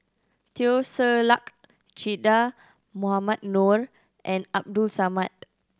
Teo Ser Luck Che Dah Mohamed Noor and Abdul Samad